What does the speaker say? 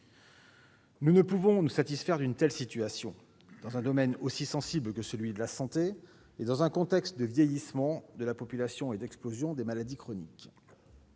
Nous ne pouvons nous satisfaire d'une telle situation, dans un domaine aussi sensible que celui de la santé et dans un contexte de vieillissement de la population et d'explosion des maladies chroniques.